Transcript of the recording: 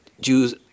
Jews